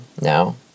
now